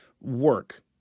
work